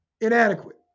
inadequate